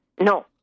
No